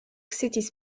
cities